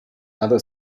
other